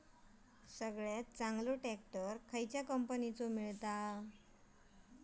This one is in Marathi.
सगळ्यात चांगलो ट्रॅक्टर कसल्या कंपनीचो मिळता?